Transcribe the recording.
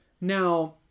Now